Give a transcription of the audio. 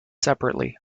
separately